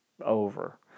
over